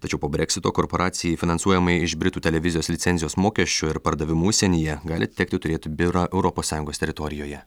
tačiau po breksito korporacijai finansuojamai iš britų televizijos licencijos mokesčio ir pardavimų užsienyje gali tekti turėti biurą europos sąjungos teritorijoje